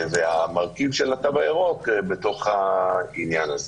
והמרכיב של התו הירוק בעניין הזה.